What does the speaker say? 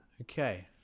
okay